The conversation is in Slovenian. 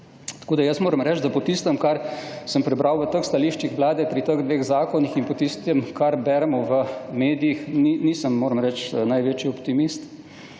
Tako, da jaz moram reči, da po tistem kar sem prebral v teh stališčih vlade, pri teh dveh zakonih in po tistem kar beremo v medijih nisem, moram reči največji optimist,